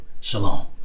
Shalom